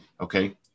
Okay